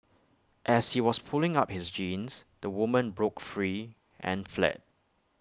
as he was pulling up his jeans the woman broke free and fled